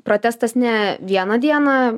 protestas ne vieną dieną